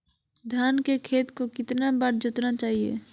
धान के खेत को कितना बार जोतना चाहिए?